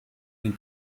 den